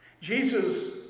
Jesus